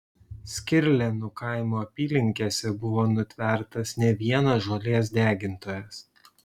skirlėnų kaimo apylinkėse buvo nutvertas ne vienas žolės degintojas